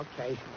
Okay